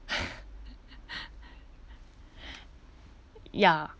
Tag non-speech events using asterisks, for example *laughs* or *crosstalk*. *laughs* ya